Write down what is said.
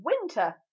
winter